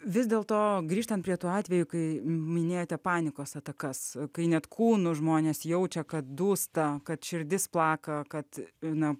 vis dėlto grįžtant prie tų atvejų kai minėjote panikos atakas kai net kūnu žmonės jaučia kad dūsta kad širdis plaka kad gana